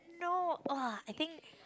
no [wah] I think